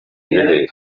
hehe